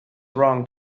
wrong